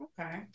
Okay